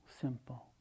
simple